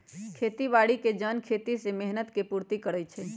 खेती बाड़ी के जन खेती में मेहनत के पूर्ति करइ छइ